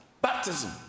baptism